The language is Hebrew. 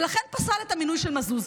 ולכן פסל את המינוי של מזוז.